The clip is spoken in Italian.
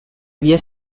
via